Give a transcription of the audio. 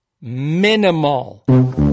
minimal